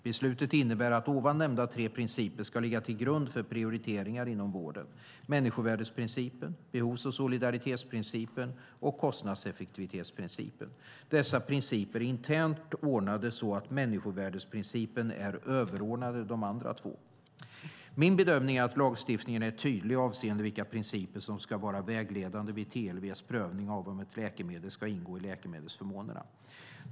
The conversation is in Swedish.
Beslutet innebär att nämnda tre principer ska ligga till grund för prioriteringar inom vården: människovärdesprincipen, behovs och solidaritetsprincipen och kostnadseffektivitetsprincipen. Dessa principer är internt ordnade så att människovärdesprincipen är överordnad de andra två. Min bedömning är att lagstiftningen är tydlig avseende vilka principer som ska vara vägledande vid TLV:s prövning av om ett läkemedel ska ingå i läkemedelsförmånerna.